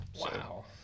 Wow